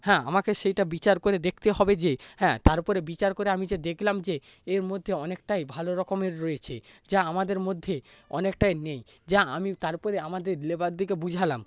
হ্যাঁ আমাকে সেইটা বিচার করে দেখতে হবে যে হ্যাঁ তারপরে বিচার করে আমি যা দেখলাম যে এর মধ্যে অনেকটাই ভালো রকমের রয়েছে যা আমাদের মধ্যে অনেকটাই নেই যা আমি তারপরে আমাদের লেবারদেরকে বুঝালাম